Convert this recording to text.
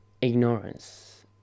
ignorance